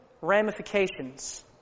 ramifications